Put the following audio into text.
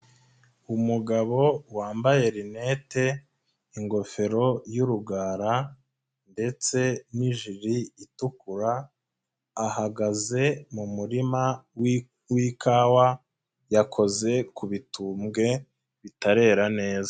Umugabo wambaye rinete, ingofero y'urugara ndetse n'ijiri itukura, ahagaze mu murima w'ikawa, yakoze ku bitumbwe bitarera neza.